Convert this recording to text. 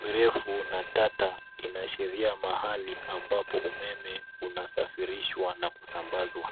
mirefu na tata inaashiria mahali ambapo umeme unasafirishwa na kusambazwa.